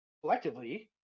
collectively